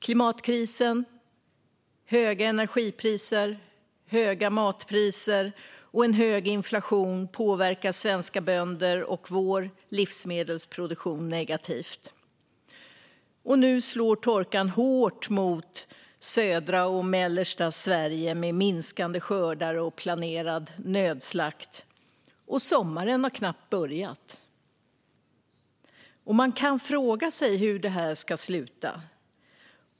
Klimatkrisen, höga energipriser, höga matpriser och en hög inflation påverkar svenska bönder och vår livsmedelsproduktion negativt. Nu slår torkan hårt mot södra och mellersta Sverige, med minskande skördar och planerad nödslakt, och sommaren har knappt börjat. Man kan fråga sig hur det här ska sluta.